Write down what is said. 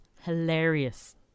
hilarious